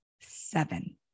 seven